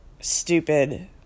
stupid